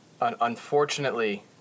Unfortunately